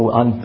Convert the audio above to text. on